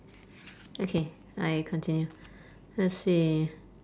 okay I continue let's see